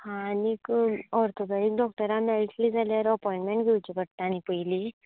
हां आनीक ऑर्थोपॅडीक डॉक्टरा मेळटली जाल्यार अपोंय्नमेंट घेवची पडटा नी पयली